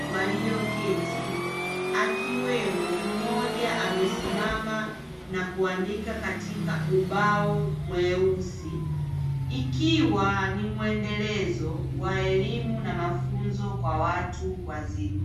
walioketi akiwemo mmoja amesimama na kuandika katika ubao mweusi, ikiwa ni muendelezo wa elimu na mafunzo kwa watu wazima.